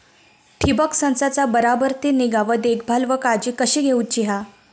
ठिबक संचाचा बराबर ती निगा व देखभाल व काळजी कशी घेऊची हा?